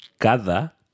cada